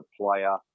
player